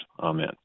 Amen